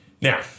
Now